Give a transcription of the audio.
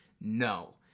no